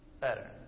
better